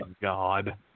God